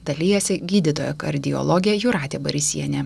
dalijasi gydytoja kardiologė jūratė barysienė